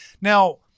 now